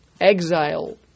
exile